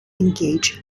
engage